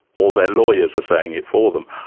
or their lawyers are saying it for them,